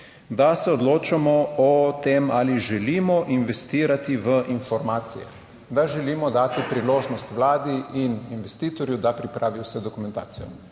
Da se odločamo o tem ali želimo investirati v informacije. Da želimo dati priložnost Vladi in investitorju, da pripravi vso dokumentacijo.